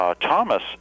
Thomas